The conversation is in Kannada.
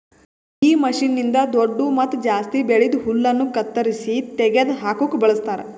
ಈ ಮಷೀನ್ನ್ನಿಂದ್ ದೊಡ್ಡು ಮತ್ತ ಜಾಸ್ತಿ ಬೆಳ್ದಿದ್ ಹುಲ್ಲನ್ನು ಕತ್ತರಿಸಿ ತೆಗೆದ ಹಾಕುಕ್ ಬಳಸ್ತಾರ್